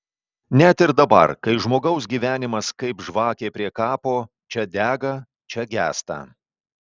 net ir dabar kai žmogaus gyvenimas kaip žvakė prie kapo čia dega čia gęsta